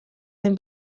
den